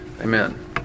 Amen